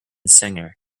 singer